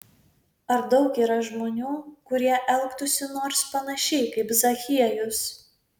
ar daug yra žmonių kurie elgtųsi nors panašiai kaip zachiejus